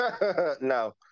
No